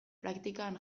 praktikan